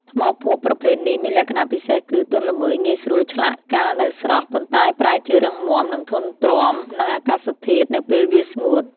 ថ្មភក់ប្រភេទនេះមានលក្ខណៈពិសេសគឺ ទន់ល្មើយងាយស្រួលឆ្លាក់កាលនៅស្រស់ ប៉ុន្តែប្រែជារឹងមាំ និងធន់ទ្រាំនឹងអាកាសធាតុនៅពេលវាស្ងួត។